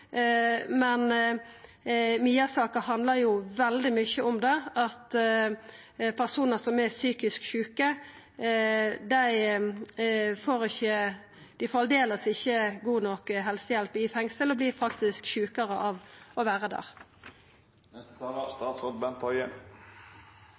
men Mia-saka handlar veldig mykje om det – at personar som er psykisk sjuke, aldeles ikkje får god nok helsehjelp i fengsel og faktisk vert sjukare av å vera der.